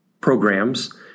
Programs